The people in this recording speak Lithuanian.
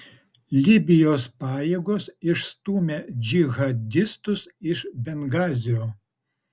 libijos pajėgos išstūmė džihadistus iš bengazio